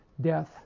death